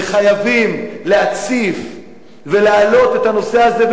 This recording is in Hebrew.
וחייבים להציף ולהעלות את הנושא הזה,